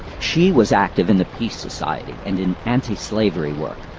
she was active in the peace society and in antislavery work,